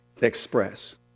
express